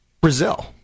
Brazil